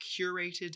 curated